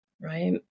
right